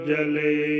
Jale